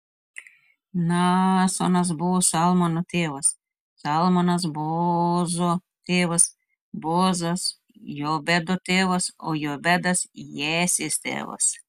naasonas buvo salmono tėvas salmonas boozo tėvas boozas jobedo tėvas o jobedas jesės tėvas